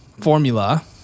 formula